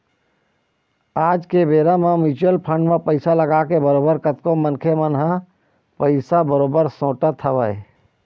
आज के बेरा म म्युचुअल फंड म पइसा लगाके बरोबर कतको मनखे मन ह पइसा बरोबर सोटत हवय